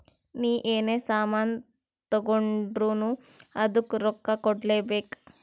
ನೀ ಎನೇ ಸಾಮಾನ್ ತಗೊಂಡುರ್ನೂ ಅದ್ದುಕ್ ರೊಕ್ಕಾ ಕೂಡ್ಲೇ ಬೇಕ್